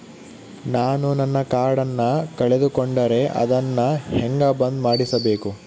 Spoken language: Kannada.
ನಾನು ನನ್ನ ಕಾರ್ಡನ್ನ ಕಳೆದುಕೊಂಡರೆ ಅದನ್ನ ಹೆಂಗ ಬಂದ್ ಮಾಡಿಸಬೇಕು?